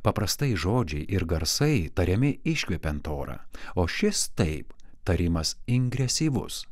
paprastai žodžiai ir garsai tariami iškvepiant orą o šis taip tarimas ingresyvus